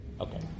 Okay